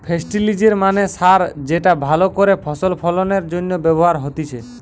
ফেস্টিলিজের মানে সার যেটা ভালো করে ফসল ফলনের জন্য ব্যবহার হতিছে